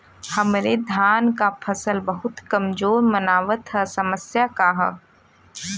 हमरे धान क फसल बहुत कमजोर मनावत ह समस्या का ह?